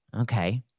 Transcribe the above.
Okay